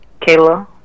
Kayla